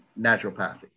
naturopathy